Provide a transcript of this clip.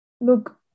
look